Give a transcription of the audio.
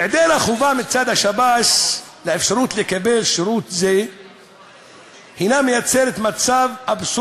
היעדר החובה מצד שב"ס לתת אפשרות לקבל שירות זה מייצר אבסורד